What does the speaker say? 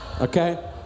Okay